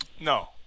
No